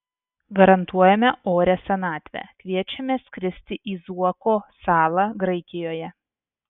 garantuojame orią senatvę kviečiame skristi į zuoko salą graikijoje